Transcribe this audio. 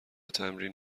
تمرین